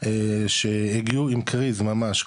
שהגיעו עם קריז ממש,